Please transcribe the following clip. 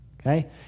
Okay